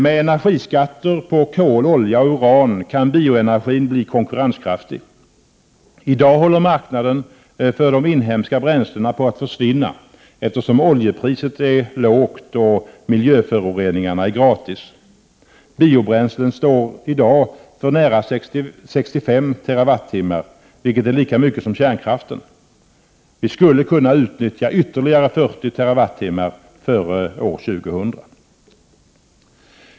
Med energiskatter på kol, olja och uran kan bioenergin bli konkurrenskraftig. I dag håller marknaden för de inhemska bränslena på att försvinna, eftersom oljepriset är lågt och miljöföroreningarna är gratis. Biobränslen svarar i dag för nära 65 TWh, vilket är lika mycket som kärnkraften. Vi skulle kunna utnyttja ytterligare 40 TWn före år 2000.